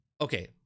Okay